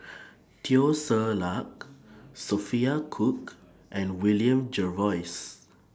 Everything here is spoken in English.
Teo Ser Luck Sophia Cooke and William Jervois